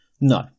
No